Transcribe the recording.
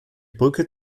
brücke